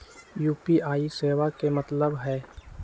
UPI सेवा के का मतलब है?